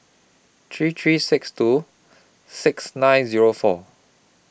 three three six two six nine Zero four